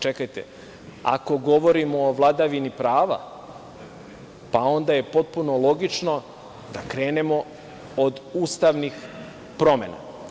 Čekajte, ako govorimo o vladavini prava, pa onda je potpuno logično da krenemo od ustavnih promena.